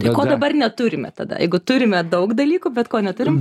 tai ko dabar neturime tada jeigu turime daug dalykų bet ko neturim